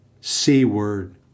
C-word